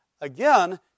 again